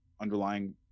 underlying